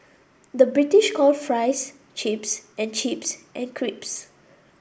the British call fries chips and chips and crisps